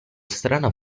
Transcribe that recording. strana